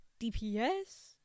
DPS